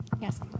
yes